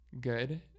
good